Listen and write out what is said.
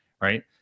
right